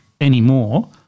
anymore